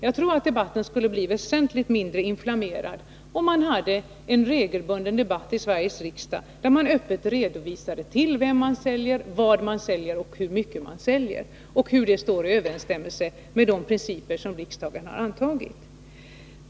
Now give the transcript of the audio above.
Jag tror att debatten skulle bli väsentligt mindre inflammerad om den fördes regelbundet i Sveriges riksdag och där man öppet redovisade till vem man säljer, vad man säljer, hur mycket man säljer och hur försäljningen står i överensstämmelse med de principer riksdagen har antagit.